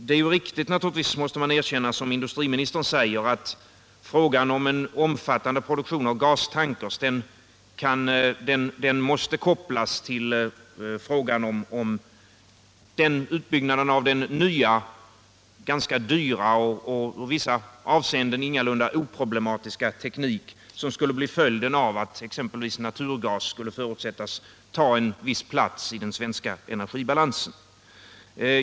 Man måste erkänna att det är riktigt som industriministern säger att frågan om en omfattande produktion av gastankers måste kopplas till frågan om utbyggnaden av den nya, ganska dyra och i vissa avseenden ingalunda oproblemastiska teknik som skulle bli följden av att exempelvis naturgas skulle förutsättas ta en viss plats i den svenska energibalansen.